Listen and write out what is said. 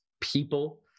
people